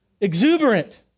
exuberant